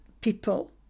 people